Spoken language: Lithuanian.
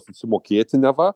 susimokėti neva